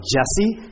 Jesse